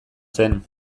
zen